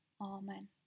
Amen